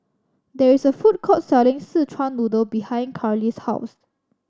there is a food court selling Szechuan Noodle behind Karlie's house